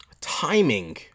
timing